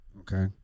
Okay